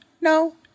no